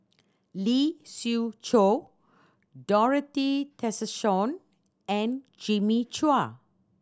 Lee Siew Choh Dorothy Tessensohn and Jimmy Chua